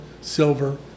silver